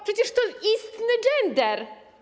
Przecież to istny gender.